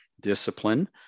discipline